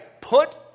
Put